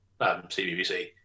CBBC